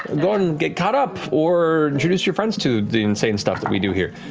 go and get caught up or introduce your friends to the insane stuff that we do here.